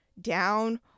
down